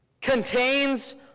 contains